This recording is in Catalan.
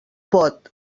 pot